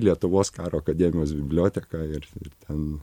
lietuvos karo akademijos biblioteka ir ten